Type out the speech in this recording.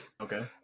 Okay